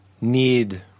need